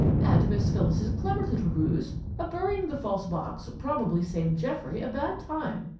and miss phyllis's clever little ruse of burying the false box probably saved geoffrey a bad time.